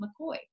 McCoy